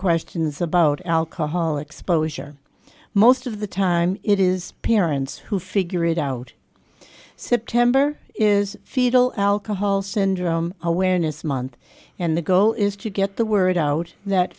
questions about alcohol exposure most of the time it is parents who figure it out september is fetal alcohol syndrome awareness month and the goal is to get the word out that